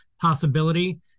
possibility